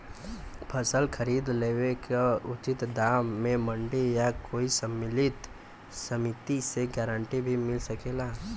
फसल खरीद लेवे क उचित दाम में मंडी या कोई समिति से गारंटी भी मिल सकेला?